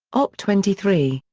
op. twenty three,